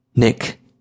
Nick